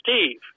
Steve